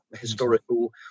historical